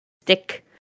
stick